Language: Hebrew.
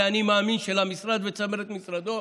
זה האני-מאמין של המשרד וצמרת משרדו.